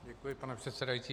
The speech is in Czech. Děkuji, pane předsedající.